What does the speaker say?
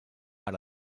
per